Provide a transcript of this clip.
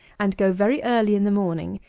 and go very early in the morning,